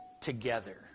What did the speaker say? together